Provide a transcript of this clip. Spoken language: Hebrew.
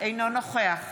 אינו נוכח